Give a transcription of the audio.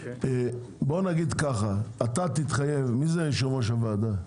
מי זה יושב-ראש הוועדה?